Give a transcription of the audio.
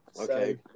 Okay